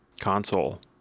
console